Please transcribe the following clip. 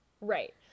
Right